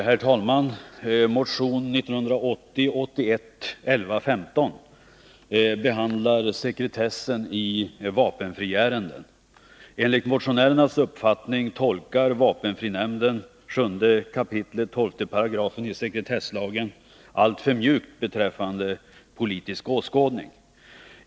Herr talman! Motion 1980/81:1115 behandlar sekretessen i vapenfriärenden. Enligt motionärernas uppfattning tolkar vapenfrinämnden 7 kap. 12 §i sekretesslagen alltför mjukt när det gäller politisk åskådning.